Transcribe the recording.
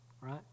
right